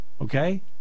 okay